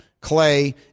Clay